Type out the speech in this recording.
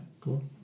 cool